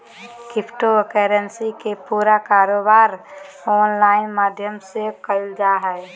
crypto currency के पूरा कारोबार ऑनलाइन माध्यम से क़इल जा हइ